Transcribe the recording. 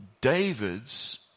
David's